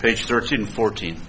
page thirteen fourteen